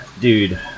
Dude